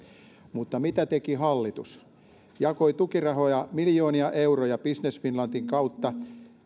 mutta mitä teki hallitus jakoi tukirahoja miljoonia euroja business finlandin kautta